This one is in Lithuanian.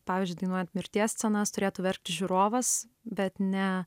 pavyzdžiui dainuojant mirties scenas turėtų verkti žiūrovas bet ne